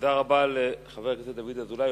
תודה רבה לחבר הכנסת דוד אזולאי,